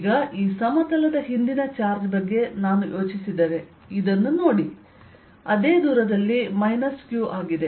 ಈಗ ಈ ಸಮತಲದ ಹಿಂದಿನ ಚಾರ್ಜ್ ಬಗ್ಗೆ ನಾನು ಯೋಚಿಸಿದರೆ ಇದನ್ನು ನೋಡಿ ಅದೇ ದೂರದಲ್ಲಿ ಮೈನಸ್ q ಆಗಿದೆ